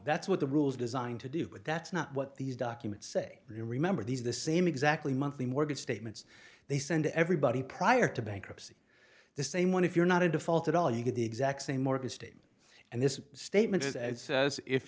that's what the rules designed to do but that's not what these documents say and remember these are the same exactly monthly mortgage statements they send to everybody prior to bankruptcy the same one if you're not a default at all you get the exact same orchestrate and this statement is as if